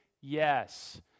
yes